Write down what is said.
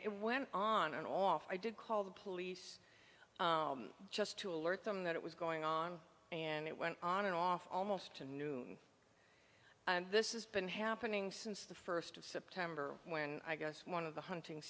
it went on and off i did call the police just to alert them that it was going on and it went on and off almost to noon and this is been happening since the first of september when i guess one of the hunting